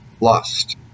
Lust